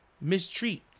mistreat